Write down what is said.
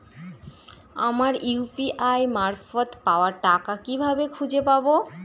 আমার ইউ.পি.আই মারফত পাওয়া টাকা কিভাবে খুঁজে পাব?